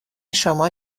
شما